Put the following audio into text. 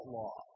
law